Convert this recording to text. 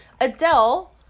adele